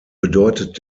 bedeutet